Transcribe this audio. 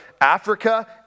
Africa